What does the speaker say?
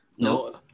No